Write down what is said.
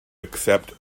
accept